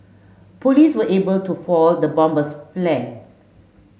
police were able to foil the bomber's plan